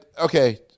Okay